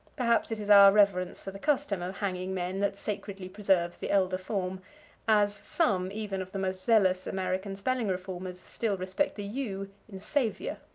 perhaps it is our reverence for the custom of hanging men that sacredly preserves the elder form as some, even, of the most zealous american spelling reformers still respect the u in saviour.